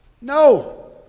No